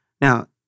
Now